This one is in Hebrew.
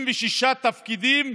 26 תפקידים